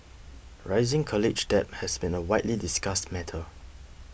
rising college debt has been a widely discussed matter